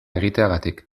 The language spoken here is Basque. egiteagatik